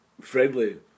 friendly